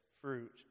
fruit